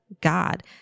God